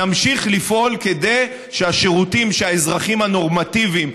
נמשיך לפעול כדי שהשירותים שהאזרחים הנורמטיביים,